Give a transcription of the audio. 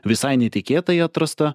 visai netikėtai atrastą